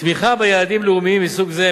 תמיכה ביעדים לאומיים מסוג זה,